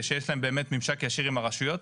שיש להם באמת ממשק ישיר עם הרשויות,